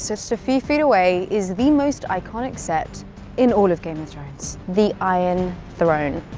so so few feet away is the most iconic set in all of game of thrones the iron throne.